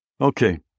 Okay